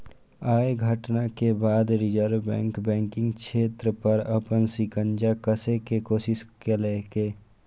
अय घटना के बाद रिजर्व बैंक बैंकिंग क्षेत्र पर अपन शिकंजा कसै के कोशिश केलकै